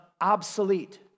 obsolete